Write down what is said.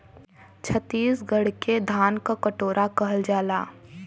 छतीसगढ़ के धान क कटोरा कहल जाला